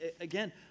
again